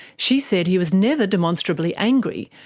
she said he was never demonstrably angry,